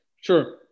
Sure